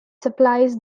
supplies